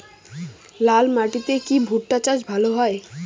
লাল মাটিতে কি ভুট্টা চাষ ভালো হয়?